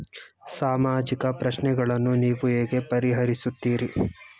ಸಾಮಾಜಿಕ ಪ್ರಶ್ನೆಗಳನ್ನು ನೀವು ಹೇಗೆ ಪರಿಹರಿಸುತ್ತೀರಿ?